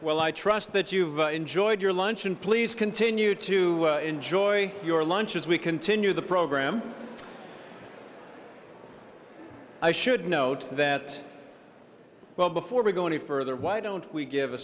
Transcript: well i trust that you've enjoyed your lunch and please continue to enjoy your lunch as we continue the program i should note that well before we go any further why don't we give a